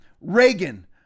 Reagan